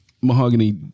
Mahogany